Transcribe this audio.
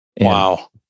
Wow